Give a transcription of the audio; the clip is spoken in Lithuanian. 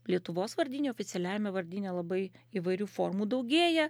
lietuvos vardyne oficialiajame vardyne labai įvairių formų daugėja